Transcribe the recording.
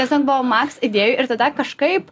nes ten buvo maks idėjų ir tada kažkaip